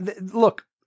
look